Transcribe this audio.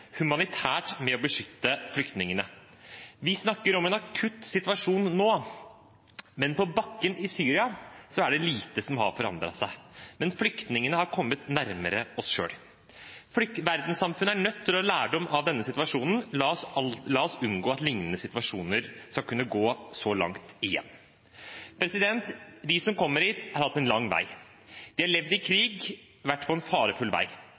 humanitært med å beskytte flyktningene. Vi snakker om en akutt situasjon nå, men på bakken i Syria er det lite som har forandret seg. Men flyktningene har kommet nærmere oss selv. Verdenssamfunnet er nødt til å ta lærdom av denne situasjonen; la oss unngå at lignende situasjoner skal kunne gå så langt igjen. De som kommer hit, har hatt en lang vei. De har levd i krig, vært på en farefull vei.